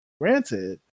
granted